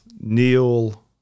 Neil